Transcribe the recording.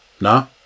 no